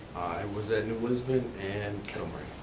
was at new lisbon and kettle moraine.